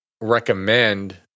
recommend